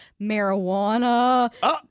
Marijuana